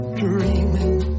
dreaming